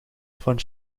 van